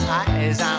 eyes